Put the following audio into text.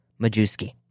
Majewski